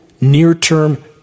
near-term